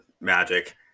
Magic